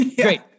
Great